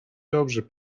dobrze